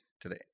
today